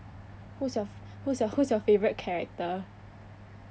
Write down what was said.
who's your who's your who's your favourite character